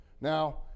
Now